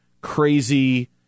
crazy